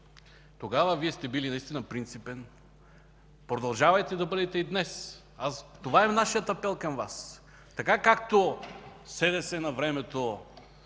Тогава Вие сте били наистина принципен. Продължавайте да бъдете и днес! Това е нашият апел към Вас. Така, както СДС навремето